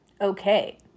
Okay